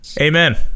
Amen